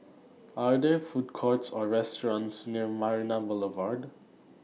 Are There Food Courts Or restaurants near Marina Boulevard